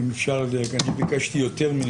אם אפשר לדייק, אני ביקשתי יותר מנתונים.